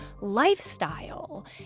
lifestyle